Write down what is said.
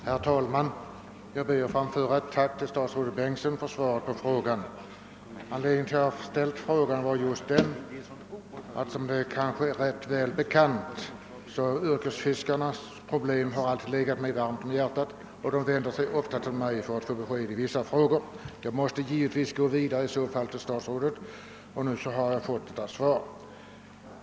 Herr talman! Jag ber att få framföra ett tack till statsrådet Bengtsson för svaret på frågan. Anledningen till att jag ställde den var att, såsom kanske är ganska väl känt, yrkesfiskarnas problem alltid legat mig varmt om hjärtat, och de vänder sig ofta till mig för att få besked i vissa frågor. Frågorna måste givetvis gå vidare till statsrådet, och nu har jag alltså fått ett svar.